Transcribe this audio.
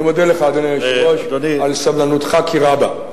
אני מודה לך, אדוני היושב-ראש, על סבלנותך כי רבה.